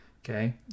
Okay